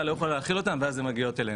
לא יכולה להכיל אותם ואז הן מגיעות אלינו.